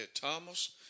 Thomas